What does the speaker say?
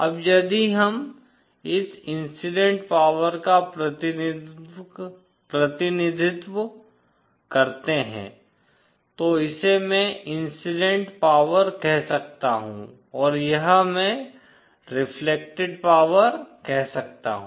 अब यदि हम इस इंसिडेंट पावर का प्रतिनिधित्व करते हैं तो इसे मैं इंसिडेंट पावर कह सकता हूं और यह मैं रिफ्लेक्टेड पावर कह सकता हूं